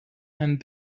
and